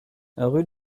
rue